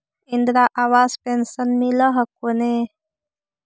इन्द्रा आवास पेन्शन मिल हको ने?